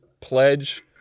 pledge